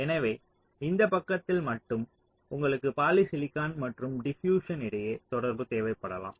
எனவே இந்த பக்கத்தில் மட்டுமே உங்களுக்கு பாலிசிலிகான் மற்றும் டிபியூஸ்சன் இடையே தொடர்பு தேவைப்படலாம்